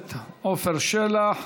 הכנסת עפר שלח.